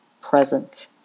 present